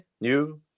new